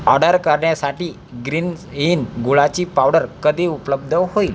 order करण्यासाठी ग्रीन्झ इन गुळाची पावडर कधी उपलब्ध होईल